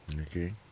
okay